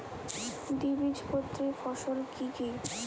দ্বিবীজপত্রী ফসল কি কি?